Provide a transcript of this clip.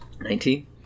Nineteen